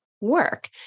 work